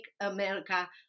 America